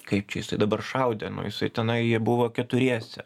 kaip čia jisai dabar šaudė nu jisai tenai jie buvo keturiese